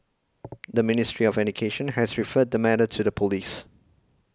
the Ministry of Education has referred the matter to the police